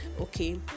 okay